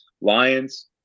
Lions